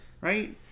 Right